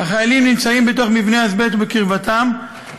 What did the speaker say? קיים באזבסט צמנט המתוחזק